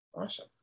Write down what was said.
Awesome